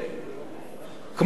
כמו בביטחון,